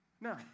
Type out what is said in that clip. No